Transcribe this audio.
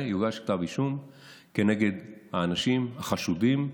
יוגש כתב אישום כנגד האנשים החשודים,